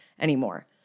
anymore